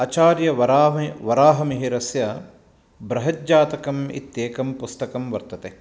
अचार्यवराहमि वराहमिहिरस्य बृहज्जातकम् इत्येकं पुस्तकं वर्तते